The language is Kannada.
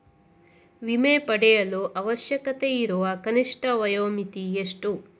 ವಿಮೆ ಪಡೆಯಲು ಅವಶ್ಯಕತೆಯಿರುವ ಕನಿಷ್ಠ ವಯೋಮಿತಿ ಎಷ್ಟು?